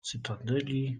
cytadeli